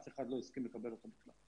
אף אחד לא הסכים לקבל אותה בכלל.